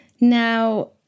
Now